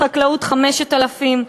בחקלאות 5,000,